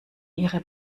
ihre